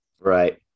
Right